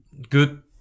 good